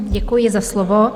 Děkuji za slovo.